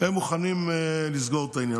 הם מוכנים לסגור את העניין.